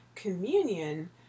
communion